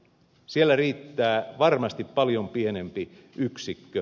siellä riittää varmasti paljon pienempi yksikkö